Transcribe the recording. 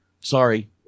Sorry